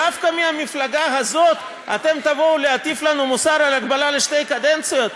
דווקא מהמפלגה הזאת אתם תבואו להטיף לנו מוסר על הגבלה לשתי קדנציות?